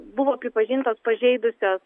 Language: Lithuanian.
buvo pripažintos pažeidusios